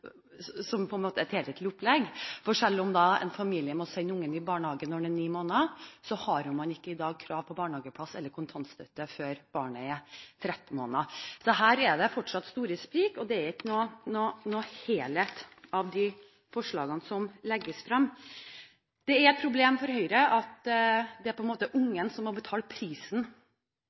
for selv om en familie må sende ungen i barnehagen når den er ni måneder, har man ikke i dag krav på barnehageplass eller kontantstøtte før barnet er 13 måneder. Her er det fortsatt store sprik, og det er ikke noen helhet i de forslagene som legges frem. Det er et problem for Høyre at det er ungen som må betale prisen